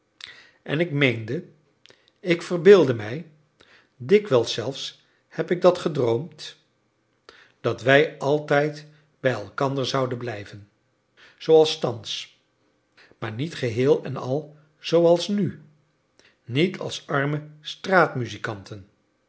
en ik meende ik verbeeldde mij dikwijls zelfs heb ik dat gedroomd dat wij altijd bij elkander zouden blijven zooals thans maar niet geheel-en-al zooals nu niet als arme straatmuzikanten